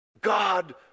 God